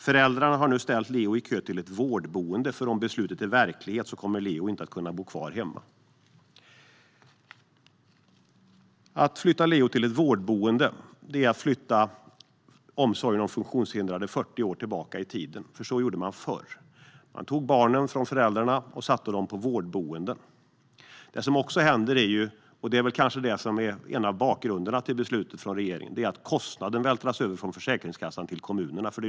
Föräldrarna har nu ställt Leo i kö till ett vårdboende, för om beslutet blir verklighet kommer Leo inte att kunna bo kvar hemma. Att flytta Leo till ett vårdboende är att flytta omsorgen om funktionshindrade 40 år tillbaka i tiden. Så gjorde man förr - man tog barnen från föräldrarna och satte dem på vårdboenden. Det som då händer - och det är kanske en del av bakgrunden till regeringens beslut - är att kostnaden vältras över från Försäkringskassan till kommunerna.